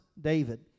David